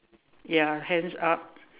ya hands up